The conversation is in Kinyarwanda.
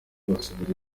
busubiza